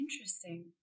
Interesting